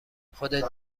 خودت